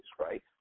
right